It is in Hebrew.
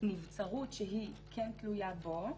היא בשל נבצרות שהיא כן תלויה בו,